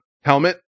helmet